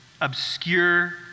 obscure